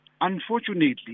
Unfortunately